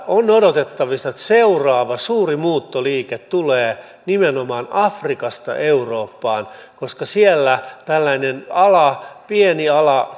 on odotettavissa että seuraava suuri muuttoliike tulee nimenomaan afrikasta eurooppaan koska siellä tällainen pieni ala